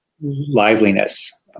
liveliness